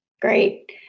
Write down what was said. great